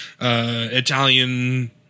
Italian